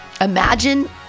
imagine